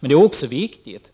Men det är också viktigt